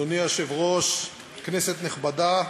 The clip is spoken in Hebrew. אדוני היושב-ראש, כנסת נכבדה,